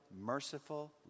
merciful